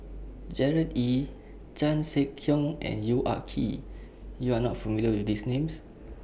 Gerard Ee Chan Sek Keong and Yong Ah Kee YOU Are not familiar with These Names